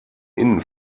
innen